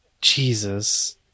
Jesus